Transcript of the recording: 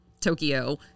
Tokyo